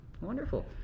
Wonderful